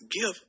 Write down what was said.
give